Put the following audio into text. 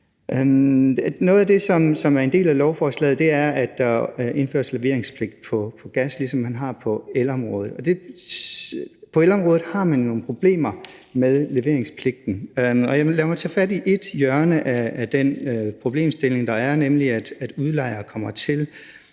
Noget af det, som er en del af lovforslaget, er, at der indføres leveringspligt på gas, ligesom man har på elområdet. Og på elområdet har man nogle problemer med leveringspligten, og lad mig tage fat i et hjørne af den problemstilling, nemlig at udlejere kommer til